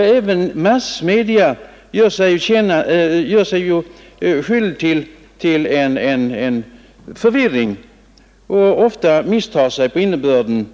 Även massmedia gör sig skyldiga till att skapa förvirring och misstar sig ofta på innebörden.